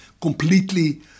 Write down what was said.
completely